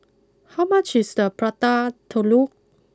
how much is the Prata Telur